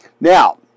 Now